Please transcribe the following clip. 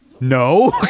No